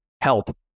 help